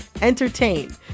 entertain